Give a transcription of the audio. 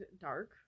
dark